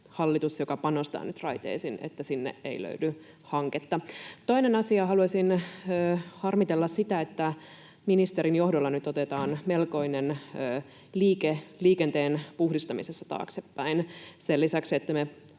hallitus panostaa nyt raiteisiin, niin sinne ei löydy hanketta. Toinen asia. Haluaisin harmitella sitä, että ministerin johdolla nyt otetaan melkoinen liike taaksepäin liikenteen puhdistamisessa. Sen lisäksi, että me